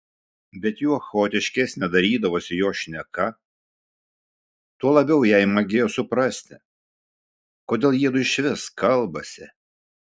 bet juo chaotiškesnė darydavosi jo šneka tuo labiau jai magėjo suprasti kodėl jiedu išvis kalbasi